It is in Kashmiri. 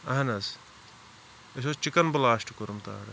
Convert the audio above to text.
اہن حظ اَسہِ اوس چِکَن بٕلاسٹ کوٚرمُت آرڈَر